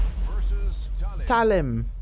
Talim